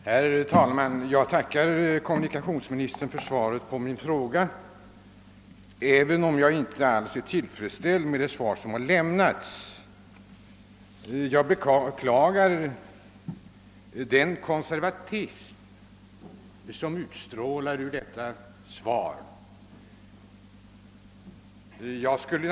Herr talman! Jag tackar kommunikationsministern för svaret på min fråga även om jag inte alls är tillfredsställd med detsamma. Jag beklagar den konservatism som det utstrålar.